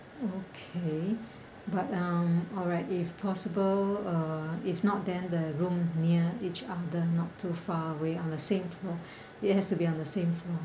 okay but um alright if possible uh if not then the room near each other not too far away on the same floor it has to be on the same floor